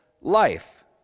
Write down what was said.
life